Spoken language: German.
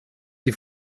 die